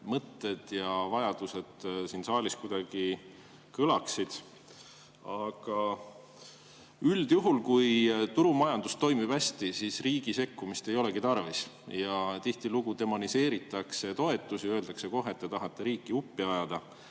mõtted ja vajadused siin saalis kõlaksid. Üldjuhul, kui turumajandus toimib hästi, siis riigi sekkumist ei olegi tarvis. Tihtilugu demoniseeritakse toetusi, öeldakse kohe, et te tahate riiki uppi ajada.